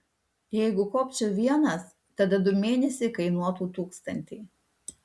jeigu kopčiau vienas tada du mėnesiai kainuotų tūkstantį